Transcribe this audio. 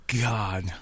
God